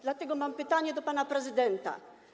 Dlatego mam pytanie do pana prezydenta.